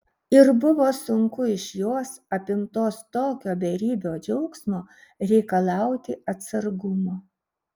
ir buvo sunku iš jos apimtos tokio beribio džiaugsmo reikalauti atsargumo